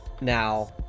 now